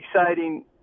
exciting